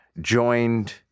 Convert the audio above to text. joined